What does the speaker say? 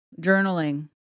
journaling